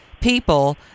people